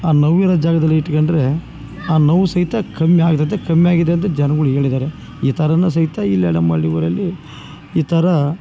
ಆ ನೋವಿರೋ ಜಾಗದಲ್ಲಿ ಇಟ್ಕೊಂಡ್ರೆ ಆ ನೋವು ಸಹಿತ ಕಮ್ಮಿ ಆಗತೈತೆ ಕಮ್ಮಿ ಆಗಿದೆ ಅಂತ ಜನ್ಗಳು ಹೇಳಿದ್ದಾರೆ ಈ ಥರ ಸಹಿತ ಇಲ್ಲೇ ನಮ್ಮ ಈ ಹಳ್ಳಿಗಳಲ್ಲಿ ಈ ಥರ